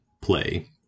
play